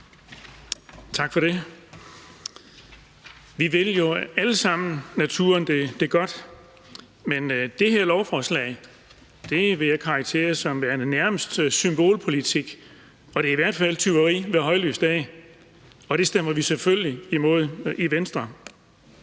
Tak for det. Vi vil jo alle sammen naturen det godt, men det her lovforslag vil jeg karakterisere som værende nærmest symbolpolitik, og det er i hvert fald tyveri ved højlys dag, og det stemmer vi selvfølgelig imod i Venstre.